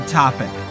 topic